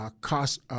Cost